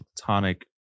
platonic